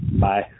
Bye